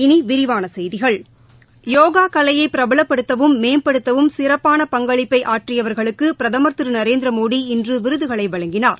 இனி விரிவான செய்திகள் யோகா கலையை பிரபலப்படுத்தவும் மேம்படுத்தவும் சிறப்பாள பங்களிப்பை ஆற்றியவா்களுக்கு பிரதமர் திரு நரேந்திர மோடி இன்று விருதுகளை வழங்கினார்